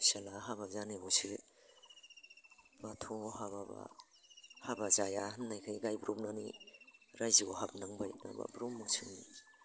फिसाज्ला हाबा जानायफ्रायसो बाथौआव हाबाब्ला हाबा जाया होननायखाय गायब्रबनानै रायजोआव हाबनांबाय नङाब्ला ब्रह्मसोमोन